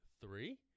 three